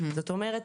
זאת אומרת,